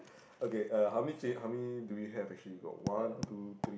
okay uh how many cha~ how many do we have actually got one two three